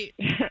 right